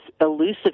elusive